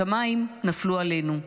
השמיים נפלו עלינו.